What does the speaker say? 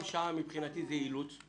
מבחינתי, גם שעה זה אילוץ.